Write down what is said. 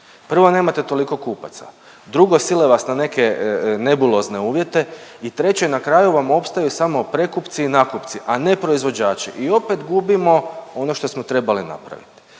Prvo nemate toliko kupaca. Drugo, sile vas na neke nebulozne uvjete i treće na kraju vam opstaju samo prekupci i nakupci a ne proizvođači i opet gubimo ono što smo trebali napraviti.